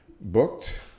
booked